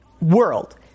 world